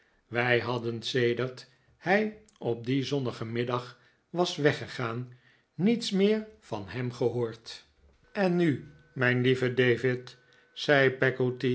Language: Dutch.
wij hadden sedert hij op dien zonnigen middag was weggegaan niets meer van hem gehoord en nu mijn lieve david